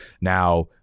now